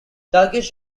turkish